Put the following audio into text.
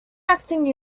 acting